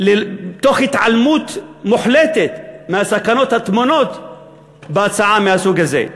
תוך התעלמות מוחלטת מהסכנות הטמונות בהצעה מהסוג הזה.